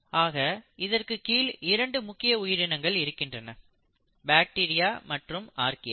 ஆக இதற்கு கீழ் இரண்டு முக்கிய உயிரினங்கள் இருக்கின்றன பாக்டீரியா மற்றும் ஆர்கியா